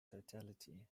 totality